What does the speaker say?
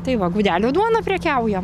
tai va gudelių duona prekiaujam